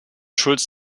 schulz